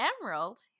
Emerald